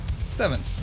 seven